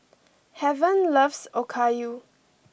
Heaven loves Okayu